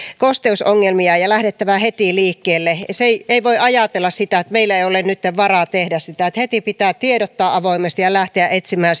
kosteusongelmia ja lähdettävä heti liikkeelle ei ei voi ajatella että meillä ei ole nytten varaa tehdä sitä heti pitää tiedottaa avoimesti ja lähteä etsimään